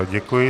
Děkuji.